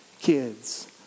kids